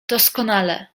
doskonale